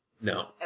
No